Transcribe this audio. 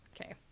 Okay